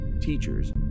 teachers